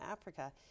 Africa